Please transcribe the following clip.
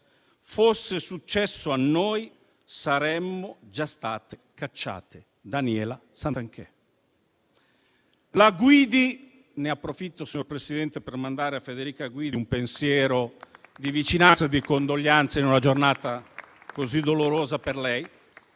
"fosse successo a noi, saremmo già state cacciate" (Daniela Garnero Santanchè). Ne approfitto, signor Presidente, per mandare a Federica Guidi un pensiero di vicinanza e di condoglianze in una giornata così dolorosa per lei.